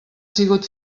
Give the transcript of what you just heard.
sigut